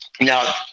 Now